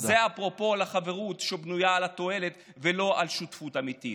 זה אפרופו החברות שבנויה על תועלת ולא על שותפות אמיתית.